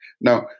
Now